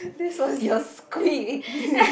this was your squeak